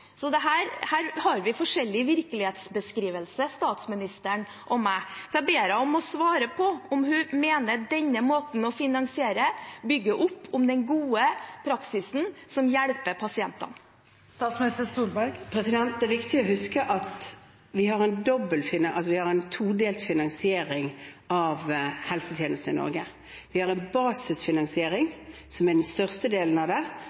her har vi forskjellig virkelighetsbeskrivelse, statsministeren og jeg. Jeg ber henne svare på om hun mener denne måten å finansiere på bygger opp om den gode praksisen som hjelper pasientene. Det er viktig å huske at vi har en todelt finansiering av helsetjenestene i Norge. Vi har en basisfinansiering, som er den største delen av det, og så har vi en stykkprisfinansiering på toppen av det.